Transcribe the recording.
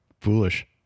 foolish